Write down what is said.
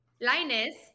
Linus